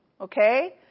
Okay